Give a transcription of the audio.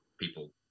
people